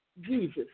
Jesus